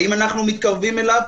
האם אנחנו מתקרבים אליו?